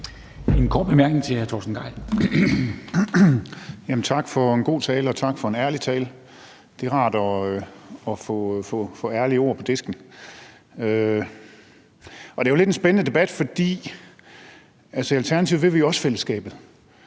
Hr. Torsten Gejl. Kl. 13:16 Torsten Gejl (ALT): Tak for en god tale, og tak for en ærlig tale. Det er rart at få ærlige ord på disken. Og det er jo lidt en spændende debat, for i Alternativet vil vi altså også fællesskabet.